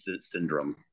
syndrome